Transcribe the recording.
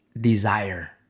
desire